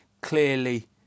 clearly